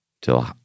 till